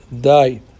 die